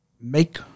make